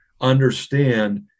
understand